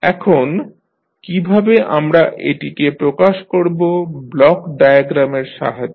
এখন কীভাবে আমরা এটি প্রকাশ করব ব্লক ডায়াগ্রামের সাহায্যে